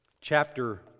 chapter